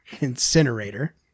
incinerator